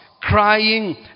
Crying